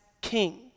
king